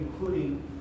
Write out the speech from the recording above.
including